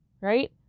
right